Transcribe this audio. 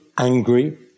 angry